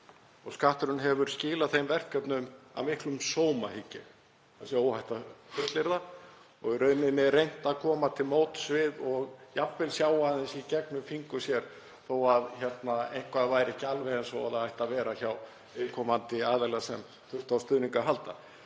Skatturinn hefur skilað þeim verkefnum af miklum sóma, hygg ég að óhætt sé að fullyrða, og er reynt að koma til móts við og jafnvel sjá aðeins í gegnum fingur sér þó að eitthvað sé ekki alveg eins og það ætti að vera hjá viðkomandi aðila sem þarf á stuðningi að halda.